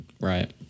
Right